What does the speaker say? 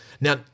Now